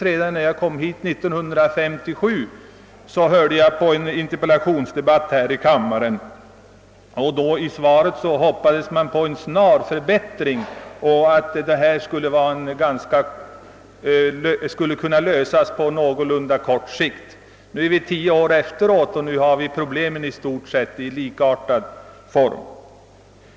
— Redan när jag kom hit till riksdagen 1957 och här i kammaren lyssnade till en interpellationsdebatt hoppades man i interpellationen på en snar förbättring och på att problemen skulle kunna lösas på ganska kort sikt. Nu, tio år efteråt, har vi problemen kvar i stort sett i likartad form.